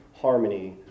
harmony